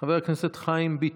חבר הכנסת חיים ביטון.